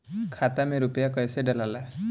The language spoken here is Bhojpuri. खाता में रूपया कैसे डालाला?